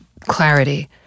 clarity